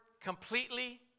completely